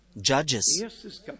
Judges